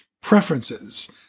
Preferences